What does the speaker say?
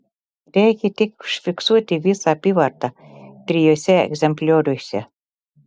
reikia tik užfiksuoti visą apyvartą trijuose egzemplioriuose